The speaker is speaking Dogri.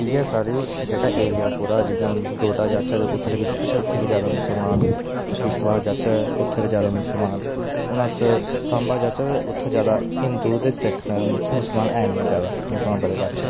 इ'यै साढ़े एरिया जेह्का डोडा जाचै ते उ'त्थें बी जादै मुसलमान न किश्तवाड़ जाचै उ'त्थें बी जादै मुसलमान हून अस साम्बा जाचै ते उ'त्थें जादै हिन्दू ते सिक्ख न मुसलमान ऐ निं हैन जादा मुसलमान बड़े घट्ट